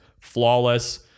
flawless